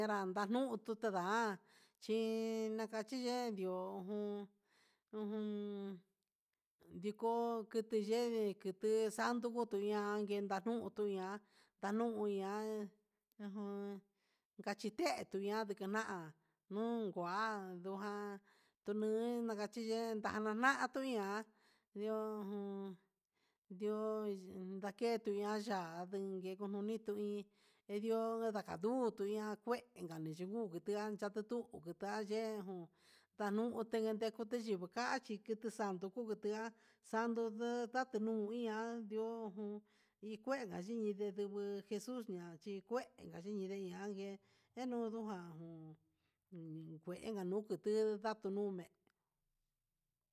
Yenranda nutu tenrá chí chi nakachinre dio jun ujun diko kiti ye'e kiti sando iha nikanutu ni'a ndanunia ujun, gachinde tuña'a ndikana'a nunnguan ndoján tuni nakachiye nana'na tuña'a dio jun ndio ndaketuña nda ya'a ngue nguni tu iin endio ndakayutuña kué enganu yutua ha yangugu nguti'a, ye'e jun ndanuté kute ndigo kachí kitixan ngungu ti'á sandu katunu hi iha, iho jun ikueka nichindé ndubu jesus ña'a chi kué inka xhi xhindi ian ngué enujan kué ka'a nun kutu'u ndatu nuné.